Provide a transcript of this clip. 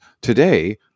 today